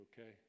okay